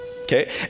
Okay